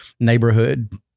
neighborhood